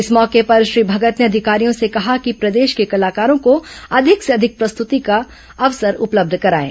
इस मौके पर श्री भगत ने अधिकारियों से कहा कि प्रदेश के कलाकारों को अधिक से अधिक प्रस्तृति का अवसर उपलब्ध कराएं